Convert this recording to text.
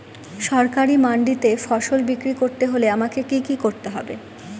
সরকারি মান্ডিতে ফসল বিক্রি করতে হলে আমাকে কি কি করতে হবে?